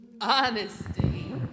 Honesty